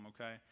okay